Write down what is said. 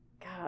God